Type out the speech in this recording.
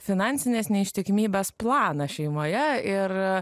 finansinės neištikimybės planą šeimoje ir